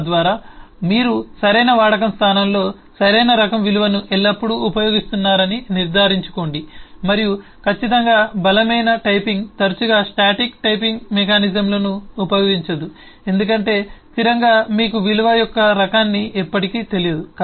తద్వారా మీరు సరైన వాడకం స్థానంలో సరైన రకం విలువను ఎల్లప్పుడూ ఉపయోగిస్తున్నారని నిర్ధారించుకోండి మరియు ఖచ్చితంగా బలమైన టైపింగ్ తరచుగా స్టాటిక్ టైపింగ్ మెకానిజమ్లను ఉపయోగించదు ఎందుకంటే స్థిరంగా మీకు విలువ యొక్క రకాన్ని ఎప్పటికి తెలియదు